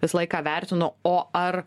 visą laiką vertinu o ar